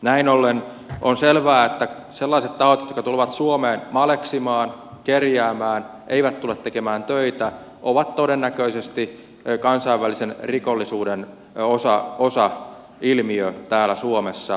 näin ollen on selvää että sellaiset tahot jotka tulevat suomeen maleksimaan kerjäämään eivät tule tekemään töitä ovat todennäköisesti kansainvälisen rikollisuuden osailmiö täällä suomessa